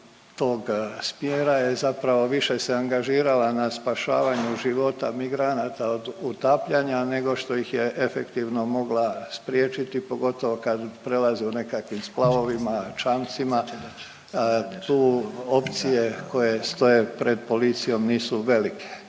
tog smjera je zapravo više se angažirala na spašavanje života migranata od utapljanja, nego što ih je efektivno mogla spriječiti, pogotovo kad prelaze u nekakvim splavovima, čamcima, tu opcije koje stoje pred policijom nisu velike.